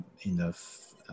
enough